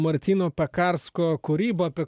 martyno pakarsko kūryba apie